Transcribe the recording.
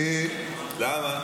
למה?